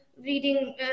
reading